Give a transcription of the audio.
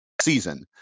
season